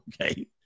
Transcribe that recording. Okay